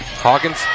Hawkins